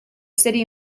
city